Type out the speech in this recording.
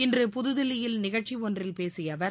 இன்று புதுதில்லியில் நிகழ்ச்சி ஒன்றில் பேசிய அவர்